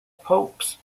popes